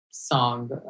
song